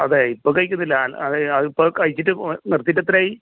അതേ ഇപ്പോൾ കഴിക്കുന്നില്ല അത് അതിപ്പോൾ കഴിച്ചിട്ട് നിർത്തിയിട്ടെത്രയായി